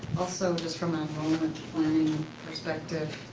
also, just from my enrollment planning perspective,